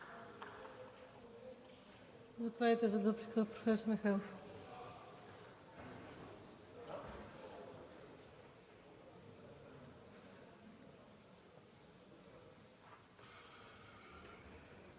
Заповядайте за дуплика, професор Михайлов.